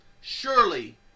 surely